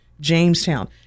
Jamestown